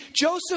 Joseph